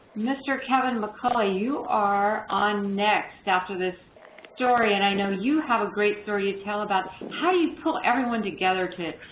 mr. kevin mcculley, you are on next after this story. and i know you have a great story to tell about how you pull everyone together to